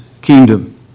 kingdom